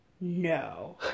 no